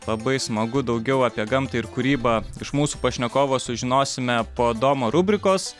labai smagu daugiau apie gamtą ir kūrybą iš mūsų pašnekovo sužinosime po domo rubrikos